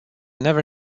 never